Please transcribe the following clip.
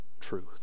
truth